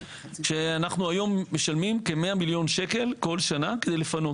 כשאנחנו היום משלמים כ-100 מיליון שקלים כל שנה כדי לפנות.